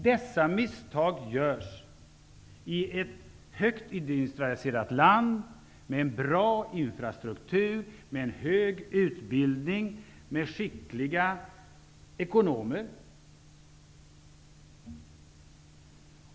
Dessa misstag görs i ett högt industrialiserat land, med en bra infrastruktur, där utbildningen är hög, där det finns skickliga ekonomer.